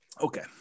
okay